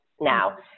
now